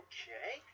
Okay